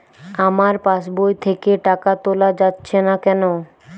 আমার পাসবই থেকে টাকা তোলা যাচ্ছে না কেনো?